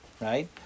right